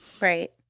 Right